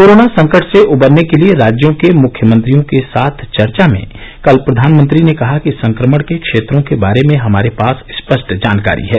corona संकट से उबरने के लिए राज्यों के मुख्यमंत्रियों के साथ चर्चा में कल प्रधानमंत्री ने कहा कि संक्रमण के क्षेत्रों के बारे में हमारे पास स्पष्ट जानकारी है